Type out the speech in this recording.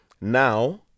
now